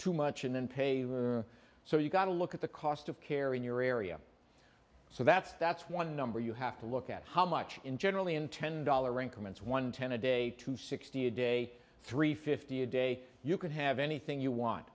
too much and then pay so you've got to look at the cost of care in your area so that's that's one number you have to look at how much in generally in ten dollar increments one ten a day to sixty a day three fifty a day you could have anything you want